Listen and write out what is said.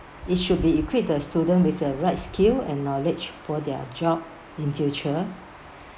it should be equipped the student with the right skill and knowledge for their job in future